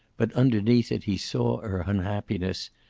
but underneath it he saw her unhappiness,